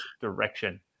direction